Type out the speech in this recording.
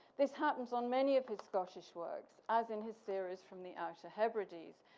this happens on many of his scottish works as in his theories from the outer hebrides.